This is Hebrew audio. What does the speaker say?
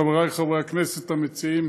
חברי חברי הכנסת המציעים,